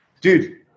Dude